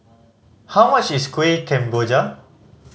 how much is Kuih Kemboja